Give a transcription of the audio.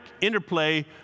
interplay